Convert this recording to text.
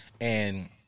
and-